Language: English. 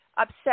upset